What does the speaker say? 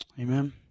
Amen